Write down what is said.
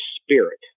spirit